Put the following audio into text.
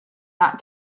not